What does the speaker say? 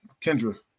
Kendra